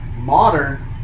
modern